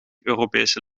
europese